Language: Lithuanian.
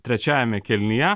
trečiajame kėlinyje